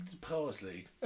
parsley